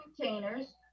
containers